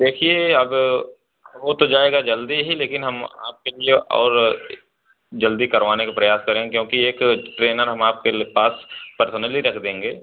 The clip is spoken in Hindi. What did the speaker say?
देखिए अग हो तो जाएगा जल्दी ही लेकिन हम आपके लिए और जल्दी करवाने का प्रयास करेंगे क्योंकि एक ट्रेनर हम आपके पास पर्सनली रख देंगे